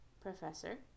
Professor